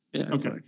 Okay